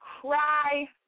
cry